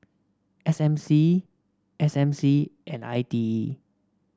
S M C S M C and I T E